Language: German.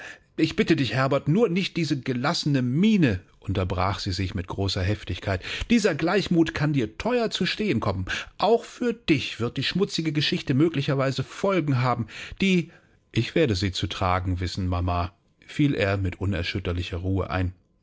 ich bitte dich herbert nur nicht diese gelassene miene unterbrach sie sich mit großer heftigkeit dieser gleichmut kann dir teuer zu stehen kommen auch für dich wird die schmutzige geschichte möglicherweise folgen haben die ich werde sie zu tragen wissen mama fiel er mit unerschütterlicher ruhe ein